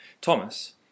Thomas